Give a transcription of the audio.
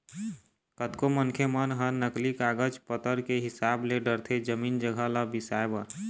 कतको मनखे मन ह नकली कागज पतर के हिसाब ले डरथे जमीन जघा ल बिसाए बर